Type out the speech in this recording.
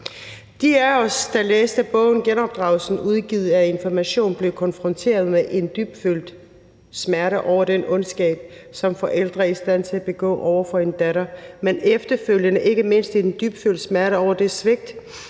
De af os, der har læst bogen »Genopdragelsen«, udgivet af Information, er blevet konfronteret med en dybfølt smerte over den ondskab, som forældre er i stand til at begå over for en datter, og efterfølgende ikke mindst en dybfølt smerte over det svigt,